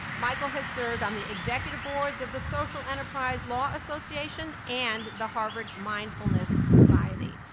michael has served on the executive boards of the social enterprise law association and the harvard mindfulness society.